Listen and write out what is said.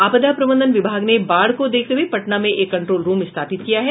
आपदा प्रबंधन विभाग ने बाढ़ को देखते हुए पटना में एक कंट्रोल रूम स्थापित किया है